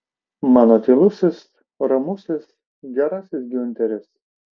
mano tylusis ramusis gerasis giunteris